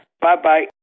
Bye-bye